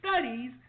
studies